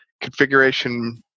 configuration